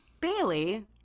Bailey